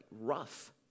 rough